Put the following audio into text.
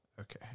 Okay